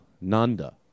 Nanda